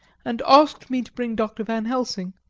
and asked me to bring dr. van helsing.